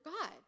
God